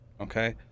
Okay